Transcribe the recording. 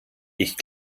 ich